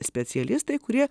specialistai kurie